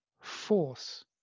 force